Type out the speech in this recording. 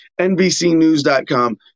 nbcnews.com